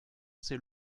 ces